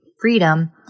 freedom